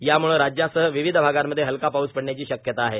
याम्ळे राज्यासह विविध भागांमध्ये हलका पाऊस पडण्याची शक्यता आहे